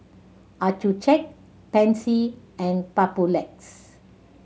Accucheck Pansy and Papulex